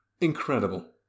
Incredible